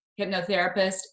hypnotherapist